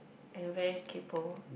and very kaypoh